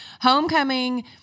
homecoming